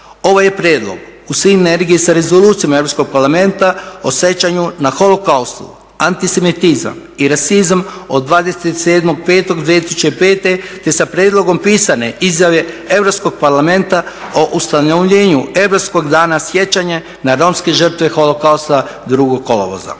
Ovaj je prijedlog u sinergiji sa Rezolucijom Europskog parlamenta o sjećanju na holokaust, antisemitizam i rasizam od 27.05.2005. te sa prijedlogom pisane izjave Europskog parlamenta o ustanovljenju Europskog dana sjećanja na romske žrtve holokausta 2. kolovoza.